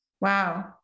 Wow